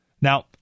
Now